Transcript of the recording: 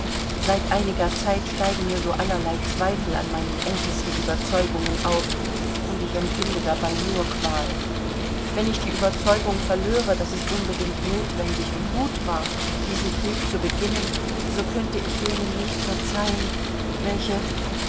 seit einiger zeit steigen mir so allerlei zweifel an meinen ältesten überzeugungen auf und ich empfinde dabei nur qual wenn ich die überzeugung verlöre daß es unbedingt notwendig und gut war diesen krieg zu beginnen so könnte ich jenen nicht verzeihen welche